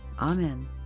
amen